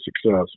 success